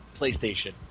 PlayStation